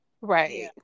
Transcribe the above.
Right